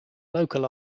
local